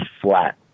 flat